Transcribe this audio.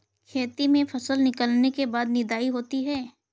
खेती में फसल निकलने के बाद निदाई होती हैं?